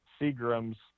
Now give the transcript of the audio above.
Seagram's